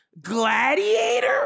Gladiator